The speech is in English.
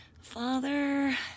Father